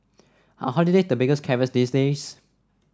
are holiday the biggest carrots these days